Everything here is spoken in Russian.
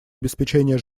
обеспечения